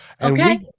Okay